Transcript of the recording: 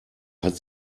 hat